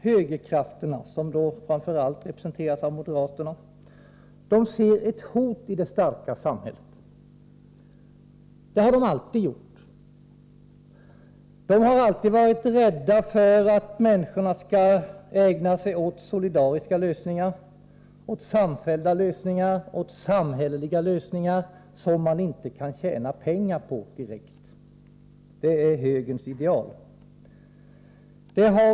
Högerkrafterna, som framför allt representeras av moderaterna, ser ett hoti det starka samhället. Det har de alltid gjort. De har alltid varit rädda för att människorna skall ägna sig åt solidariska lösningar, åt samfällda lösningar, åt samhälleliga lösningar, alltså lösningar som man inte direkt kan tjäna pengar på, vilket ju är högerns ideal.